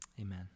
Amen